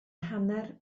hanner